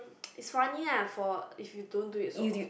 it's funny ah for if you don't do it so often